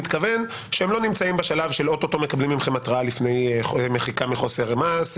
שהם לא נמצאים בשלב שאוטוטו מקבלים מכם התרעה לפני מחיקה מחוסר מעש,